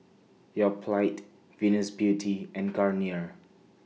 Yoplait Venus Beauty and Garnier